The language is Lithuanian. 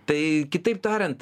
tai kitaip tariant